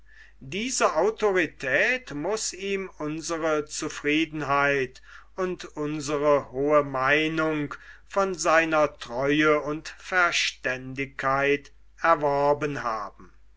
diese autorität muß ihm unsre zufriedenheit und unsre hohe meinung von seiner treue und verständigkeit erworben haben